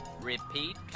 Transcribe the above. Repeat